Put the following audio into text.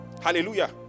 hallelujah